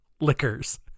liquors